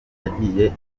yajyiye